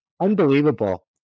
unbelievable